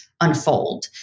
unfold